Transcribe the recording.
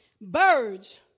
birds